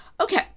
Okay